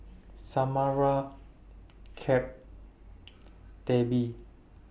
Samara Cap and Debbie